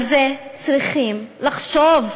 על זה צריכים לחשוב,